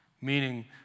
meaning